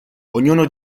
ognuno